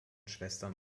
schwestern